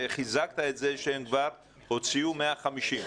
וחיזקת את זה שהם כבר הוציאו 150,000,